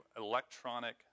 electronic